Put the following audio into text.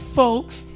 folks